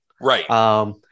Right